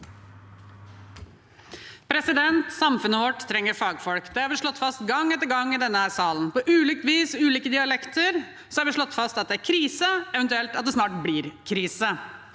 leder): Samfunnet vårt trenger fagfolk. Det har vi slått fast gang etter gang i denne salen. På ulikt vis og med ulike dialekter har vi slått fast at det er krise – eventuelt at det snart blir krise.